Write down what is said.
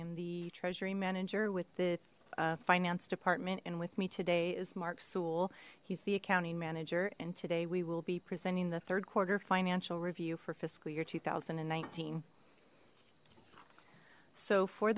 am the treasury manager with the finance department and with me today is mark sewell he's the accounting manager and today we will be presenting the third quarter financial review for fiscal year two thousand and nineteen so for